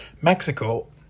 Mexico